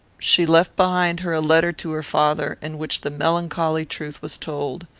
she left behind her a letter to her father, in which the melancholy truth was told.